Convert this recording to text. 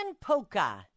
Polka